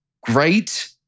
great